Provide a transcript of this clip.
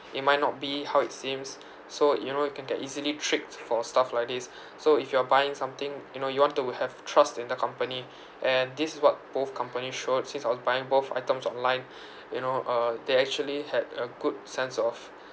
it might not be how it seems so you know you can get easily tricked for stuff like this so if you are buying something you know you want to have trust in the company and this is what both companies showed since I was buying both items online you know uh they actually had a good sense of